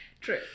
True